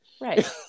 Right